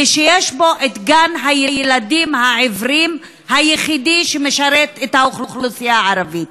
ושיש בו גן-הילדים-העיוורים היחיד שמשרת את האוכלוסייה הערבית.